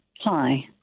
Hi